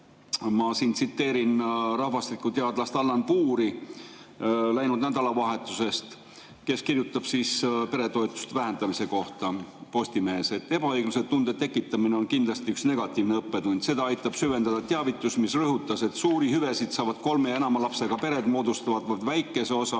Ma tsiteerin rahvastikuteadlast Allan Puuri läinud nädalavahetusest, kes kirjutab peretoetuste vähendamise kohta Postimehes: "Ebaõigluse tunde tekitamine on kindlasti üks negatiivne õppetund. Seda aitas süvendada teavitus, mis rõhutas, et suuri hüvesid saavad kolme ja enama lapsega pered moodustavad vaid väikese osa